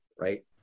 right